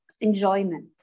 Enjoyment